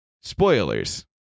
Spoilers